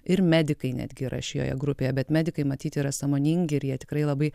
ir medikai netgi yra šioje grupėje bet medikai matyt yra sąmoningi ir jie tikrai labai